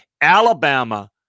Alabama